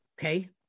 Okay